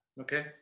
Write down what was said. Okay